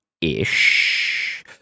ish